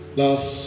last